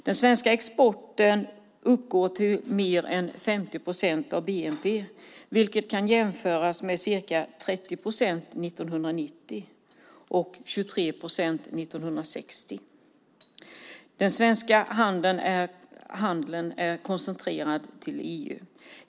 Den svenska exporten uppgår till mer än 50 procent av bnp, vilket kan jämföras med 30 procent 1990 och 23 procent 1960. Den svenska handeln är koncentrerad till EU.